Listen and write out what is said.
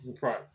Right